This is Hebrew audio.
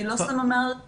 אני לא סתם אמרתי,